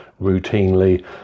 routinely